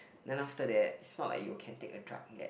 then after that its not like you can take a drug that